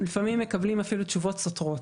לפעמים מקבלים אפילו תשובות סותרות.